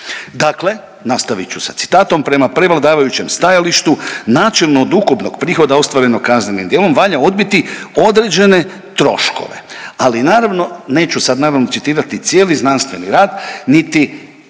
Dakle, nastavit ću sa citatom, prema prevladavajućem stajalištu načelno od ukupnog prihoda ostvarenog kaznenim djelom valja odbiti određene troškove, ali naravno neću sad naravno citirati cijeli znanstveni rad niti